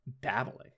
babbling